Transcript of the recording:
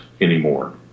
anymore